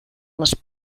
les